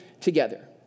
together